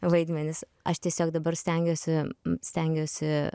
vaidmenys aš tiesiog dabar stengiuosi stengiuosi